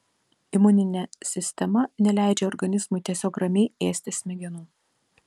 imuninė sistema neleidžia organizmui tiesiog ramiai ėsti smegenų